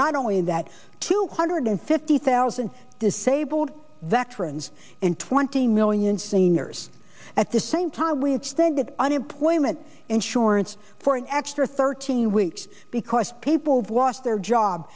not only that two hundred fifty thousand disabled veterans and twenty million seniors at the same time we extended unemployment insurance for an extra thirteen weeks because people bloss their job